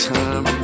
time